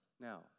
Now